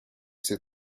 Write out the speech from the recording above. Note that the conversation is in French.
ses